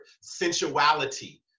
sensuality